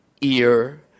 ear